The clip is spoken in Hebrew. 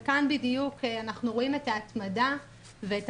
וכאן בדיוק אנחנו רואים את ההתמדה ואת